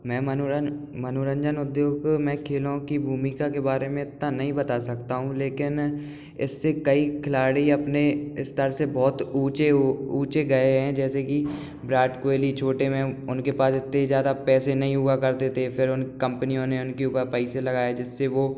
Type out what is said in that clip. मैं मनोरंज मनोरंजन उद्योग में खेलों की भूमिका के बारे में इत्ता नहीं बता सकता हूँ लेकिन इससे कई खिलाड़ी अपने स्तर से बहुत ऊँचे ऊँचे गए हैं जैसे कि विराट कोहली छोटे में उनके पास इतने ज़्यादा पैसे नहीं हुआ करते थे फिर उन कम्पनियों ने उनके ऊपर पैसे लगाये जिसे वो